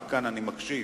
כי כאן אני מקשיב,